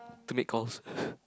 to make calls